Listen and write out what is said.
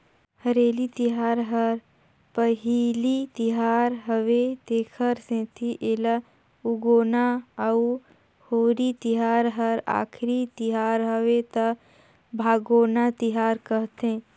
हरेली तिहार हर पहिली तिहार हवे तेखर सेंथी एला उगोना अउ होरी तिहार हर आखरी तिहर हवे त भागोना तिहार कहथें